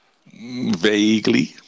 Vaguely